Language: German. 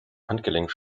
handgelenk